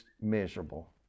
miserable